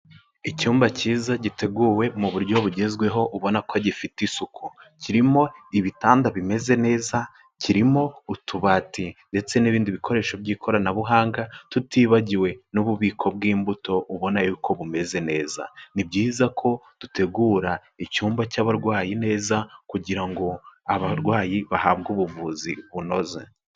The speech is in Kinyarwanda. Icyumba cyiza giteguwe mu buryo bugezweho ubona ko gifite isuku. Kirimo ibitanda bimeze neza, kirimo utubati ndetse n'ibindi bikoresho by'ikoranabuhanga, tutibagiwe n'ububiko bwimbuto ubona yuko bumeze neza. Ni byiza ko dutegura icyumba cy'abarwayi neza kugira ngo abarwayi bahabwe ubuvuzi bunoze.